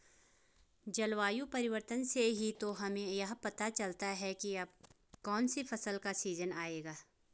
जलवायु परिवर्तन से ही तो हमें यह पता चलता है की अब कौन सी फसल का सीजन आयेगा